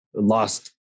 lost